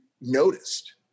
noticed